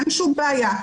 אין שום בעיה.